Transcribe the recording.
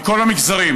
מכל המגזרים,